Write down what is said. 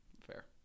Fair